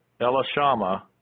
Elishama